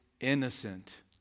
innocent